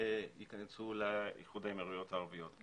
שייכנסו לאיחוד האמירויות הערביות.